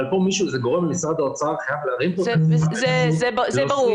אבל גורם ממשרד האוצר חייב להרים פה את ה- -- זה ברור.